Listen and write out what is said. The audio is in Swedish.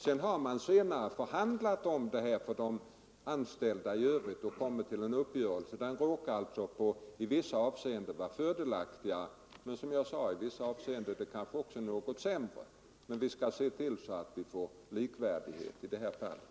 Senare har för = undvika inkallelse handlingar förts för de anställda i övrigt, och man har kommit till en — av värnpliktiga med uppgörelse, som alltså i vissa avseenden råkar vara fördelaktigare men, psykiska besvär som jag sade, i andra avseenden kanske är något sämre. Men vi skall se till att vi får en likvärdighet i de här fallen.